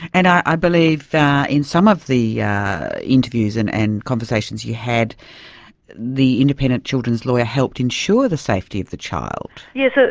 and i believe in some of the yeah interviews and and conversations you had the independent children's lawyer helped ensure the safety of the child? yes, ah